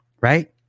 Right